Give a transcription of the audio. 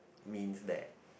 means that